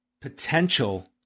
potential